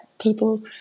people